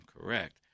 correct